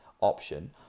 option